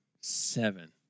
seven